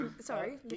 Sorry